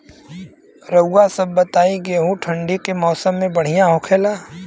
रउआ सभ बताई गेहूँ ठंडी के मौसम में बढ़ियां होखेला?